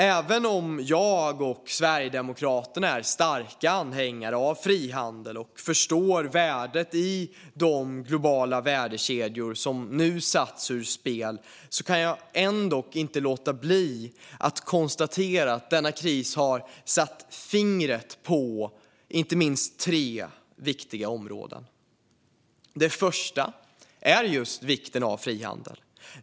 Även om jag och Sverigedemokraterna är starka anhängare av frihandel och förstår värdet i de globala värdekedjor som nu har satts ur spel kan jag ändock inte låta bli att konstatera att i och med denna kris har fingret satts på tre viktiga områden. Det första är just vikten av frihandel.